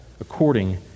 according